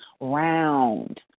round